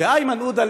ואיימן עודה,